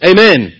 Amen